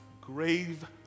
grave